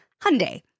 Hyundai